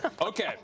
Okay